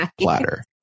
platter